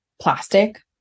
plastic